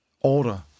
order